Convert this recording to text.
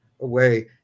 away